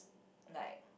like